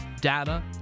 data